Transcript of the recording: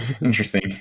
interesting